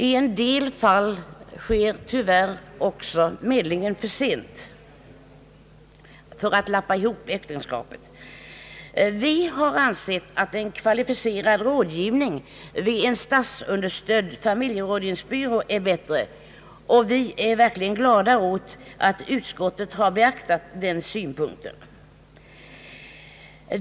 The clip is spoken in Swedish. I en del fall sker tyvärr också medlingen för Vi har ansett att en kvalificerad rådgivning vid en statsunderstödd familjerådgivningsbyrå är bättre, och vi är verkligen glada åt att utskottet har beaktat den synpunkten.